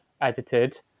edited